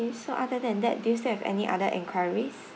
so other than that do you have any other enquiries